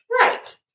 Right